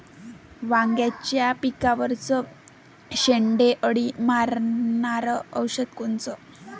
वांग्याच्या पिकावरचं शेंडे अळी मारनारं औषध कोनचं?